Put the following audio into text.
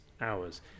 hours